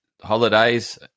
holidays